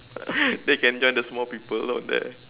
then you can join the small people down there